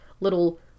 little